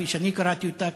כפי שאני קראתי אותה,